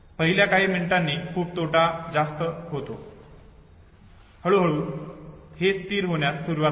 पहिल्या काही मिनिटांमधील तोटा खूप जास्त होतो आणि हळूहळू हे स्थिर होण्यास सुरवात होते